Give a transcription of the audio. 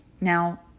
Now